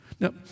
Now